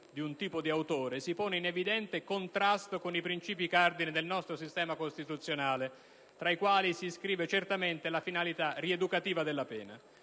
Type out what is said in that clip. di un tipo di autore, si pone in evidente contrasto con i princìpi cardine del nostro sistema costituzionale, tra i quali si iscrive certamente la finalità rieducativa della pena.